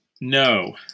No